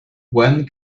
when